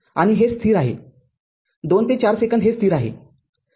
आणि हे स्थिर आहे २ ते ४ सेकंद हे स्थिर आहे